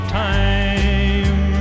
time